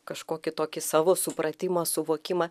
kažkokį tokį savo supratimą suvokimą